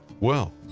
well,